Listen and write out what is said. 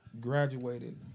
graduated